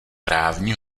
právní